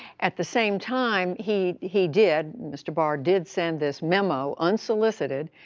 at the same time, he he did, mr. barr did send this memo, unsolicited,